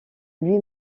lui